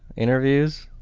interviews,